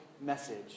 message